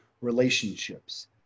relationships